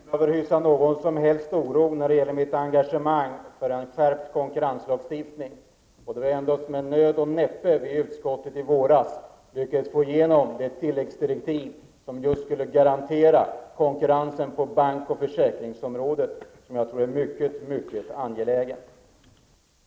Herr talman! Rolf Nilson behöver inte hysa någon som helst oro när det gäller mitt engagemang för en skärpt konkurrenslagstiftning. Det var ändå med nöd och näppe vi i utskottet i våras lyckades få igenom det tilläggsdirektiv som just skall garantera konkurrensen på bank och försäkringsområdet -- vilket jag tycker är mycket angeläget.